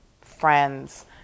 friends